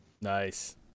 nice